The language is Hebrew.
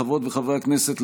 חברות וחברי הכנסת,